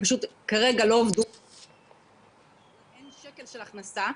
כרגע הם לא עבדו --- אין שקל של הכנסה,